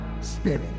spirit